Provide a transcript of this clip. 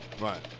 Right